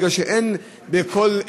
מכיוון שאין בכל שכונה,